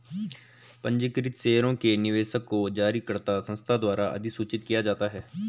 पंजीकृत शेयरों के निवेशक को जारीकर्ता संस्था द्वारा अधिसूचित किया जाता है